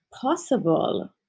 possible